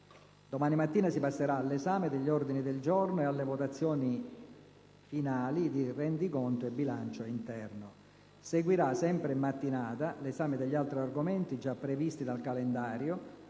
Domani mattina si passerà all'esame degli ordini del giorno e alle votazioni finali del rendiconto e del bilancio interno. Seguirà, sempre in mattinata, l'esame degli altri argomenti già previsti dal calendario,